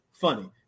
funny